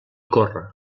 corre